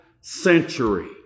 century